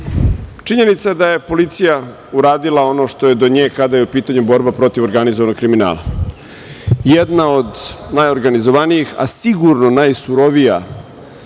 pitanju. Činjenica da je policija uradila ono što je do nje, kada je u pitanju borba protiv organizovanog kriminala. Jedna od najorganizovanijih, a sigurno najsurovija